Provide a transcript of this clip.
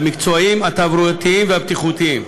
המקצועיים, התברואתיים והבטיחותיים.